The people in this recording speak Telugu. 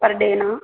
పర్ డేనా